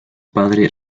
padre